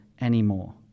anymore